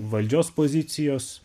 valdžios pozicijos